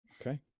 Okay